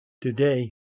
Today